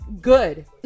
good